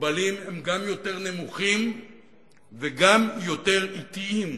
מוגבלים הם גם יותר נמוכים וגם יותר אטיים.